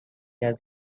has